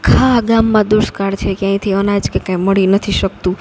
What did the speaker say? આખા ગામમાં દુષ્કાળ છે ક્યાંયથી અનાજ કે કાંઈ મળી નથી શકતું